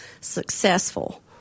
successful